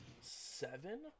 seven